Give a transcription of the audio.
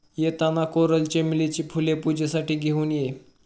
येताना कोरल चमेलीची फुले पूजेसाठी घेऊन ये